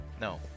No